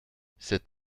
cet